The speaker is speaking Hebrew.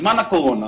בזמן הקורונה,